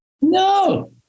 No